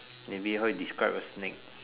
maybe how you describe a snake